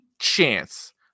chance